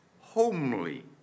homely